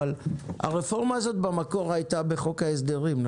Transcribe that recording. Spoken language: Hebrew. הרפורמה הזאת במקור הייתה בחוק ההסדרים,